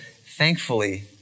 thankfully